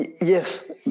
Yes